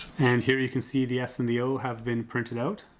and here you can see the s and the o have been printed out.